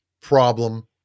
problem